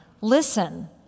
listen